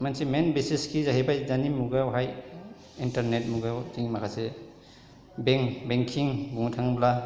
मोनसे मेन बिसेसखि जाहैबाय दानि मुगायावहाय इन्टारनेट मुगायाव जों माखासे बेंक बेंकिं बुंनो थाङोब्ला